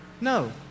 No